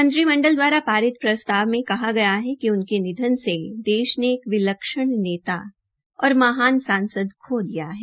मंत्रिमंडल द्वारा पारित प्रस्ताव मे कहा गया हे कि उनके निधन से देश ने एक विलक्षण नेता और महान सांसद खो दिया है